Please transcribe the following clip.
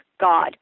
God